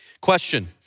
Question